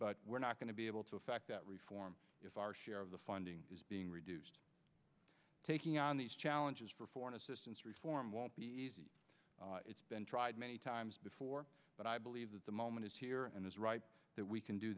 but we're not going to be able to affect that reform if our share of the funding is being reduced taking on these challenges for foreign assistance reform won't be easy it's been tried many times before but i believe that the moment is here and is right that we can do